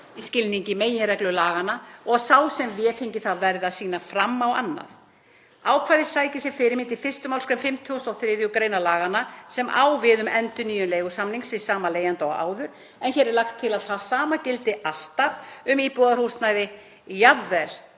í skilningi meginreglu laganna og að sá sem vefengi það verði að sýna fram á annað. Ákvæðið sækir sér fyrirmynd í 1. mgr. 53. gr. laganna sem á við um endurnýjun leigusamnings við sama leigjanda og áður, en hér er lagt til að það sama gildi alltaf um íbúðarhúsnæði jafnvel